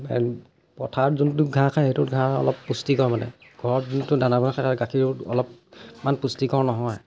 পথাৰত যোনবোৰ ঘাঁহ খায় সেইটোত ঘাহ অলপ পুস্তিকৰ মানে ঘৰত যোনটো দানা বনায় গাখীৰটো অলপমান পুষ্টিকৰ নহয়